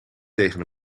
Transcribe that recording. tegen